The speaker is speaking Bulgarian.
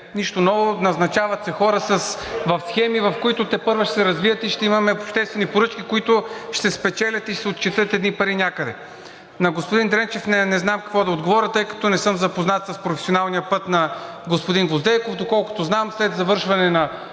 Нищо ново, назначават се хора в схеми, в които тепърва ще се развият, и ще имаме обществени поръчки, които ще спечелят и ще се отчетат едни пари някъде. На господин Дренчев не знам какво да отговоря, тъй като не съм запознат с професионалния път на господин Гвоздейков. Доколкото знам, след завършване на